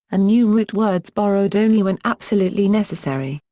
new root words borrowed only when absolutely necessary.